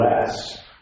less